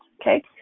okay